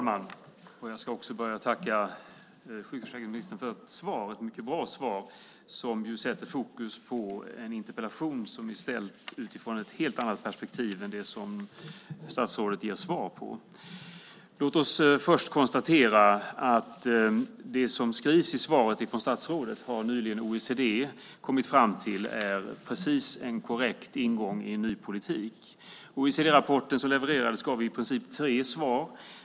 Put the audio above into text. Herr talman! Jag tackar sjukförsäkringsministern för svaret. Det är ett mycket bra svar som sätter fokus på en interpellation som är ställd utifrån ett helt annat perspektiv än det som statsrådet ger svar utifrån. Det som skrivs i svaret från statsrådet har OECD nyligen kommit fram till är en korrekt ingång i en ny politik. OECD-rapporten gav i princip tre svar.